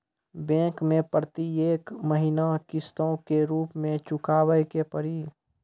Bank मैं प्रेतियेक महीना किस्तो के रूप मे चुकाबै के पड़ी?